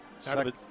Second